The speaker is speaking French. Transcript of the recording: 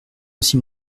aussi